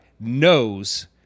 knows